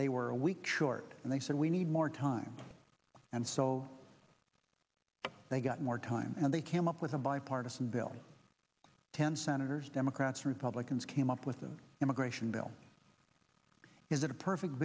they were a week short and they said we need more time and so they got more time and they came up with a bipartisan bill ten senators democrats republicans came up with an immigration bill is it a perfect